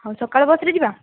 ହଉ ସକାଳ ବସ୍ରେ ଯିବା